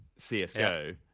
CSGO